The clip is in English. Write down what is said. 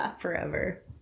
forever